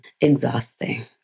exhausting